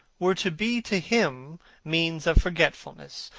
were to be to him means of forgetfulness,